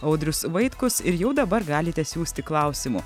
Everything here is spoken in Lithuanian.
audrius vaitkus ir jau dabar galite siųsti klausimų